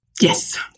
Yes